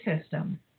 system